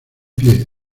pie